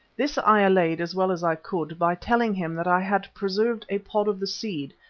this i allayed as well as i could by telling him that i had preserved a pod of the seed,